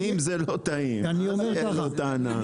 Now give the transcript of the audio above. אם זה לא טעים אז אין לו טענה.